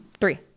three